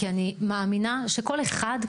כי אני מאמינה שכל אחד,